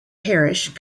parish